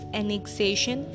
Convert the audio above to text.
annexation